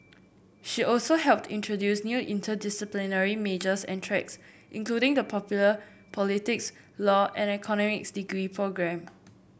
she also helped introduce new interdisciplinary majors and tracks including the popular politics law and economics degree programme